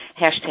hashtag